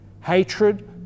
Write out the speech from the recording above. hatred